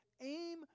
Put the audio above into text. aim